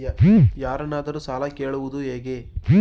ಯಾರನ್ನಾದರೂ ಸಾಲ ಕೇಳುವುದು ಹೇಗೆ?